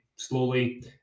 slowly